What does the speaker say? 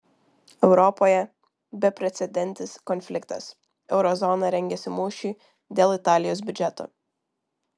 europoje beprecedentis konfliktas euro zona rengiasi mūšiui dėl italijos biudžeto